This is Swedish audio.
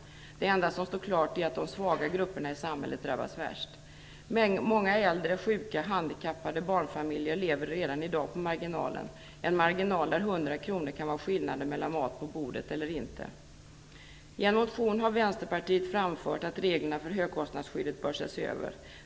Det enda som står klart är att de svaga grupperna i samhället drabbas värst. Många äldre, sjuka, handikappade, barnfamiljer lever redan i dag på marginalen - en marginal där 100 kr kan vara skillnaden mellan mat på bordet eller inte. I en motion har Vänsterpartiet framfört att reglerna för högkostnadsskyddet bör ses över.